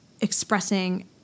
expressing